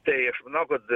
tai aš manau kad